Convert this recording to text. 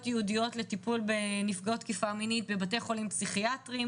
ייעודיות לטיפול בנפגעות תקיפה מינית בבתי חולים פסיכיאטריים.